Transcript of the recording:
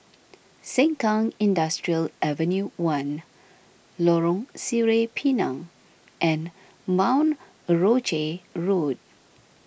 Sengkang Industrial Avenue one Lorong Sireh Pinang and Mount Rosie Road